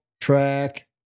track